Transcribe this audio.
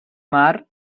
mar